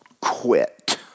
quit